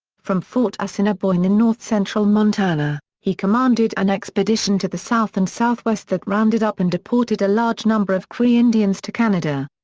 from fort assinniboine in north central montana, he commanded an expedition to the south and southwest that rounded up and deported a large number of cree indians to canada.